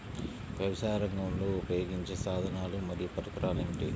వ్యవసాయరంగంలో ఉపయోగించే సాధనాలు మరియు పరికరాలు ఏమిటీ?